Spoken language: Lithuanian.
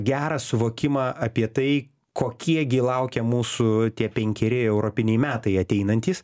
gerą suvokimą apie tai kokie gi laukia mūsų tie penkeri europiniai metai ateinantys